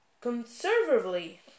conservatively